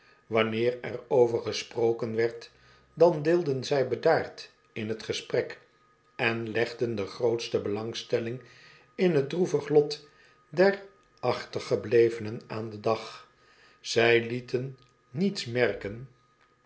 wanneer er over gesproken werd dan deelden zij bedaard in t gesprek en legden de grootste belangstelling in t droevig lot der achtergeblevenen aan den dag zij lieten niets merken